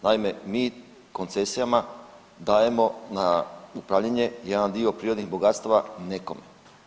Naime, mi koncesijama dajemo na upravljanje jedan dio prirodnih bogatstava nekom.